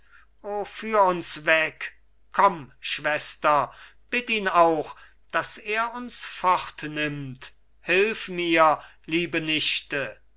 führ uns weg komm schwester bitt ihn auch daß er uns fortnimmt hilf mir liebe nichte